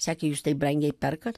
sakė jūs taip brangiai perkant